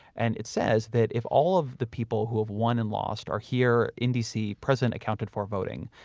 and it says that if all of the people who have won and lost are here in dc, president accounted for voting,